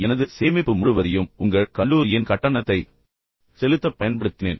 எனது சேமிப்பு முழுவதையும் உங்கள் கல்லூரியின் கட்டணத்தைச் செலுத்தப் பயன்படுத்தினேன்